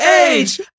Age